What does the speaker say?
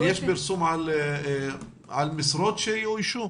האם יש פרסום על משרות שיאוישו?